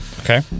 Okay